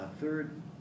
Third